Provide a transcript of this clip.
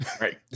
Right